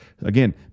Again